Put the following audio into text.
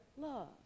love